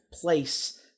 place